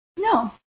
No